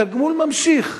התגמול נמשך,